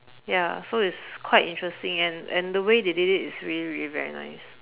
ya so it's quite interesting and and the way they did it is really really very nice